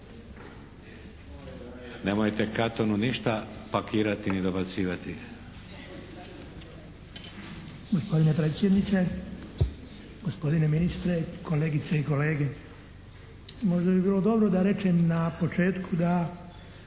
Nemojte Katonu ništa pakirati ni dobacivati.